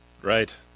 Right